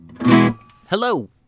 Hello